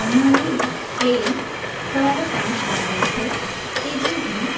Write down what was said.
અમારી ટ્રેન સવારે પાંચ વાગ્યે છે તેથી હું